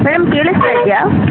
madam ಕೇಳಿಸ್ತಾ ಇದೆಯಾ